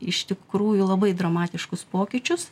iš tikrųjų labai dramatiškus pokyčius